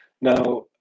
Now